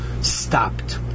stopped